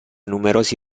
numerosi